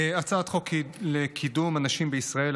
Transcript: הצעת חוק לקידום הנשים בישראל,